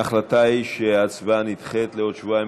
ההחלטה היא שההצבעה נדחית לעוד שבועיים,